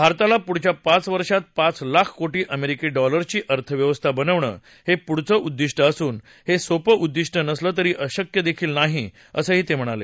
भारताला पुढच्या पाच वर्षात पाच लाख कोटी अमेरिकी डॉलर्सची अर्थव्यवस्था बनवणं हे पुढचं उद्दिष्ट असून हे सोपं उद्दिष्ट नसलं तरी अशक्य देखील नाही असं त्यांनी सांगितलं